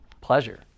Pleasure